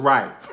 Right